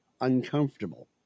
uncomfortable